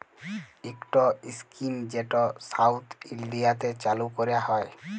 ইকট ইস্কিম যেট সাউথ ইলডিয়াতে চালু ক্যরা হ্যয়